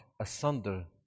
asunder